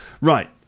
Right